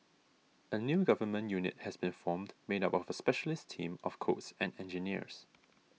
a new government unit has been formed made up of a specialist team of codes and engineers